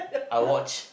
I watch